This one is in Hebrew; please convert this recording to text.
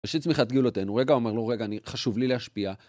ראשית צמיחת גאולתנו, רגע אמר לו, רגע, חשוב לי להשפיע.